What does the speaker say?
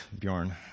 Bjorn